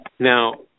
Now